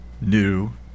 new